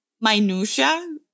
minutiae